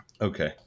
Okay